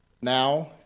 now